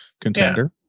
contender